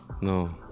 No